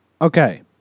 Okay